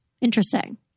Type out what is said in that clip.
Interesting